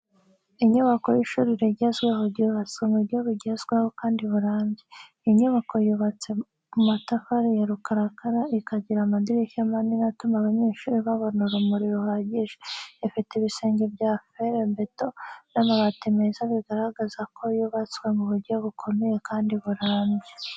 Inyubako y’ishuri rigezweho ryubatswe mu buryo bugezweho kandi burambye. Iyi nyubako yubatse mu matafari ya rukarakara, ikagira amadirishya manini atuma abanyeshuri babona urumuri ruhagije. Ifite ibisenge bya ferabeto n’amabati meza bigaragaza ko yubatswe mu buryo bukomeye kandi burambye.